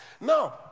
Now